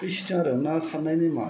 बे सिस्टेम आरो ना सारनाय नियमा